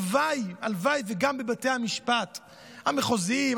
הלוואי הלוואי שגם בבתי המשפט המחוזיים,